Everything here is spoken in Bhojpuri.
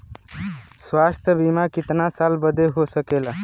स्वास्थ्य बीमा कितना साल बदे हो सकेला?